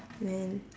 man